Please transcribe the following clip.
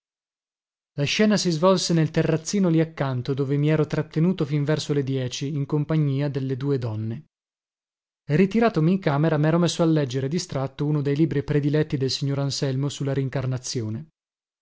la scena si svolse nel terrazzino lì accanto dove mi ero trattenuto fin verso le dieci in compagnia delle due donne ritiratomi in camera mero messo a leggere distratto uno dei libri prediletti del signor anselmo su